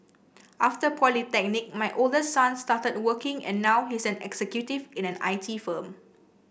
after polytechnic my oldest son started working and now he's an executive in an I T firm